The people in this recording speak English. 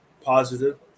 positive